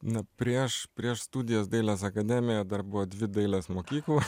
na prieš prieš studijas dailės akademijoje dar buvo dvi dailės mokyklos